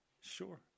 sure